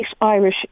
Irish